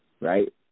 right